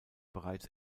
bereits